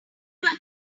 have